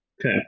Okay